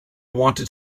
wanted